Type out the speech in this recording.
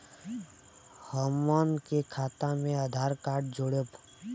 हमन के खाता मे आधार कार्ड जोड़ब?